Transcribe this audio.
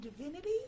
divinity